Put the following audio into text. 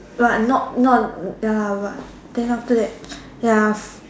but not not ya but then after that ya f~